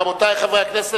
רבותי חברי הכנסת,